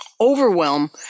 overwhelm